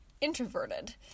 introverted